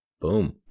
boom